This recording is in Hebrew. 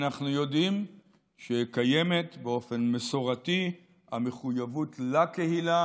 אנחנו יודעים שקיימת באופן מסורתי המחויבות לקהילה,